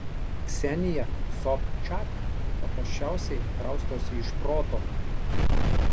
ksenija sobčak paprasčiausiai kraustosi iš proto